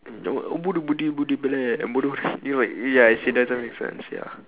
and it like ya it doesn't make sense ya